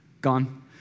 gone